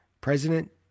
President